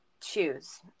choose